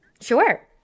Sure